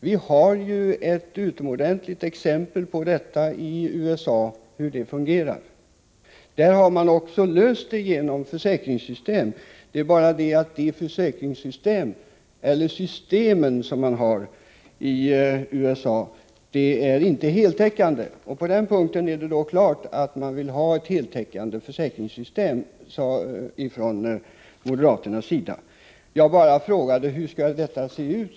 Vi har ju ett utomordentligt exempel på hur detta kan fungera i USA. Där har man också löst detta genom försäkringssystem — det är bara det att de försäkringssystem som man har i USA inte är heltäckande. På detta område är det klart — moderaterna vill ha ett heltäckande försäkringssystem. Jag bara frågade: Hur skall detta se ut?